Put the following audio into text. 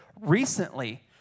recently